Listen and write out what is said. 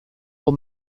pour